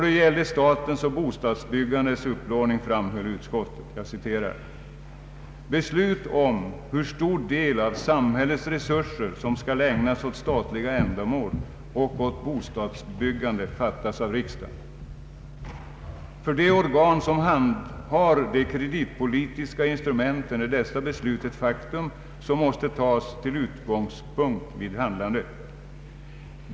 I fråga om statens och bostadsbyggandets upplåning framhöll utskottet: ”Beslut om hur stor del av samhällets resurser som skall ägnas åt statliga ändamål och åt bostadsbyggande fattas av riksdagen. För de organ som handhar de kreditpolitiska instrumenten är dessa beslut ett faktum som måste tagas till utgångspunkt för handlandet.